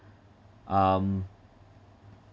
um